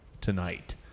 tonight